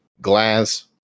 Glass